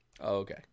okay